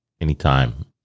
anytime